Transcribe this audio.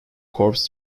corps